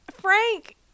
frank